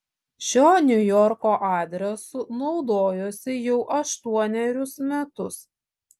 šiuo niujorko adresu naudojuosi jau aštuonerius metus